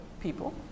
people